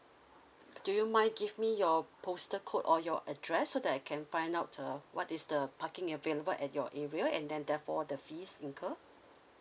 do you mind give me your postal code or your address so that I can find out uh what is the parking available at your area and then therefore the fees incurred